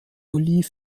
julie